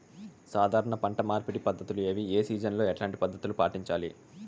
సాధారణ పంట మార్పిడి పద్ధతులు ఏవి? ఏ సీజన్ లో ఎట్లాంటి పద్ధతులు పాటించాలి?